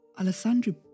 Alessandro